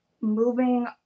moving